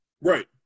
Right